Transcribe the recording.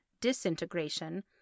disintegration